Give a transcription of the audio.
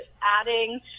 adding